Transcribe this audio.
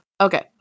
okay